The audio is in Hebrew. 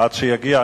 עד שיגיע,